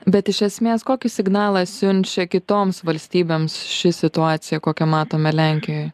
bet iš esmės kokį signalą siunčia kitoms valstybėms ši situacija kokią matome lenkijoj